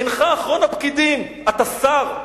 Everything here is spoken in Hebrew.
אינך אחרון הפקידים, אתה שר.